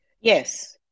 Yes